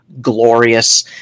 glorious